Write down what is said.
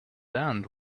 and